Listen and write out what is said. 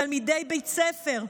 תלמידי בית ספר,